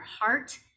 heart